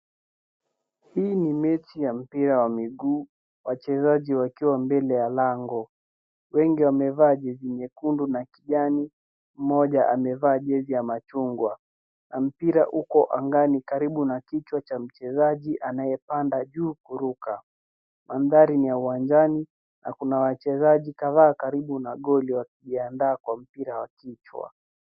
Hii ni mechi ya mpira wa miguu, wachezaji wakiwa mbele ya lango. Wengi wamevaa jezi nyekundu na kijani, mmoja amevaa jezi ya machungwa na mpira uko angani karibu na kichwa cha mchezaji anayepanda juu kuruka. Mandhari ni ya uwanjani na kuna wachezaji kadhaa karibu na goli wakijiandaa kwa mpira wa kichwa.